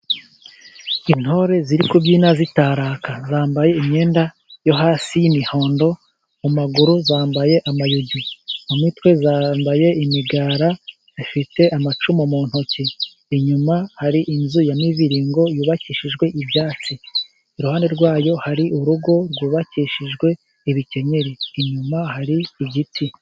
Intore ziri kubyina, zitaraka, zambaye imyenda yo hasi y'imihondo, mu maguru zambaye amayugi, mu mitwe zambaye imigara, zifite amacumu mu ntoki, inyuma hari inzu ya miviringo y'ubakishijwe ibyatsi, iruhande rwayo hari urugo rwubakishijwe ibikenyeri, inyuma hari igiti.